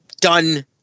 done